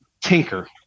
tinker